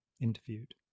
interviewed